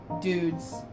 dudes